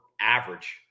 average